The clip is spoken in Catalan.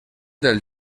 del